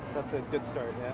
that's a good start, yeah?